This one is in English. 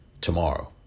tomorrow